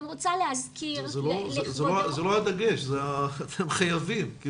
אבל זה לא הדגש, אתם חייבים.